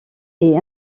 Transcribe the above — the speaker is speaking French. est